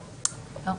לא.